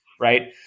right